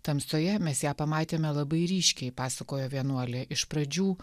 tamsoje mes ją pamatėme labai ryškiai pasakojo vienuolė iš pradžių